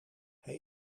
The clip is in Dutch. hij